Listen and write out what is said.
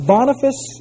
Boniface